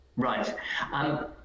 Right